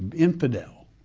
infidel,